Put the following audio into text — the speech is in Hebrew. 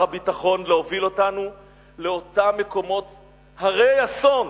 הביטחון להוביל אותנו לאותם מקומות הרי-אסון,